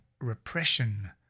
repression